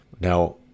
now